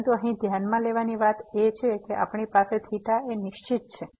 પરંતુ અહીં ધ્યાનમાં લેવાની વાત એ છે કે આપણી પાસે નિશ્ચિત છે